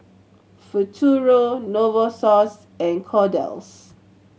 Futuro Novosource and Kordel's